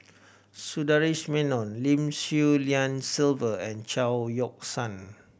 Sundaresh Menon Lim Swee Lian Sylvia and Chao Yoke San